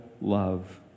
love